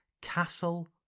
Castle